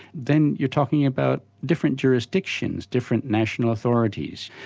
then you're talking about different jurisdictions, different national authorities.